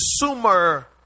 consumer